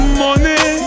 money